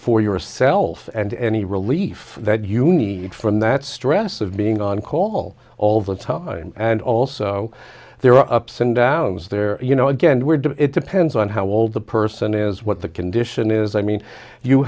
for yourself and any relief that you need from that stress of being on call all the time and also there are ups and downs there you know again we're doing it depends on how old the person is what the condition is i mean you